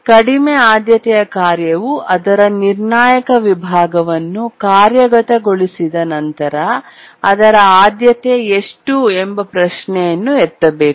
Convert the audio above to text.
ಕಡಿಮೆ ಆದ್ಯತೆಯ ಕಾರ್ಯವು ಅದರ ನಿರ್ಣಾಯಕ ವಿಭಾಗವನ್ನು ಕಾರ್ಯಗತಗೊಳಿಸಿದ ನಂತರ ಅದರ ಆದ್ಯತೆ ಎಷ್ಟು ಎಂಬ ಪ್ರಶ್ನೆಯನ್ನು ಎತ್ತಬೇಕು